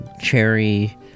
Cherry